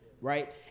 right